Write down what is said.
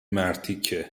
مرتیکه